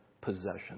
possession